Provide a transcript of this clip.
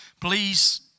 Please